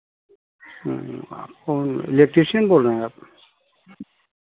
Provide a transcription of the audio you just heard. कौन इलेक्ट्रीशियन बोल रहे हैं आप